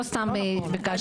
לא סתם ביקשתי הבהרה.